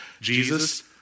Jesus